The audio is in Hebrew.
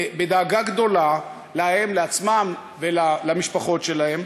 בדאגה גדולה להם עצמם ולמשפחות שלהם,